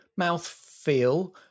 mouthfeel